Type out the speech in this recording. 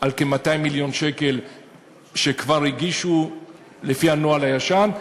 על כ-200 מיליון שקל שכבר הגישו לפי הנוהל הישן,